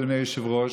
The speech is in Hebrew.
אדוני היושב-ראש.